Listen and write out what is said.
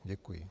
Děkuji.